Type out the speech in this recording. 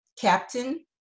captain